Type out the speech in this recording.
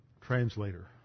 translator